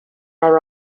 are